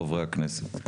חברי הכנסת.